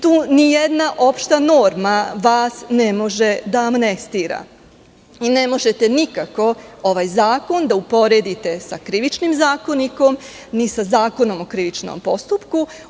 Tu nijedna opšta norma vas ne može da amnestira i ne možete nikako ovaj zakon da uporedite sa Krivičnim zakonikom, ni sa Zakonom o krivičnom postupku.